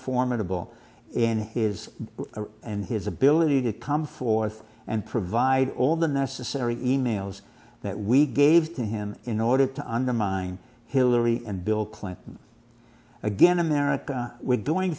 formidable and is and his ability to come forth and provide all the necessary e mails the we gave him in order to undermine hillary and bill clinton again america we're doing